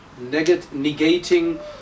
negating